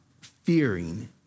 fearing